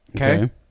Okay